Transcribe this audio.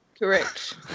Correct